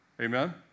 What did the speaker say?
Amen